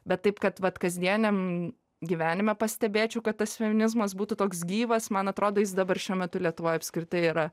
bet taip kad vat kasdieniam gyvenime pastebėčiau kad tas feminizmas būtų toks gyvas man atrodo jis dabar šiuo metu lietuvoj apskritai yra